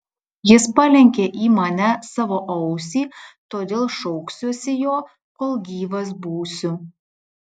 jis palenkė į mane savo ausį todėl šauksiuosi jo kol gyvas būsiu